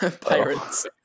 Pirates